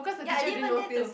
ya I didn't even dare to